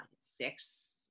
six